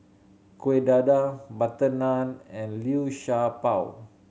Kuih Dadar butter naan and Liu Sha Bao